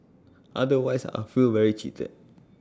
otherwise I feel very cheated